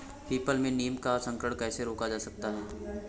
People में नीम का संकरण कैसे रोका जा सकता है?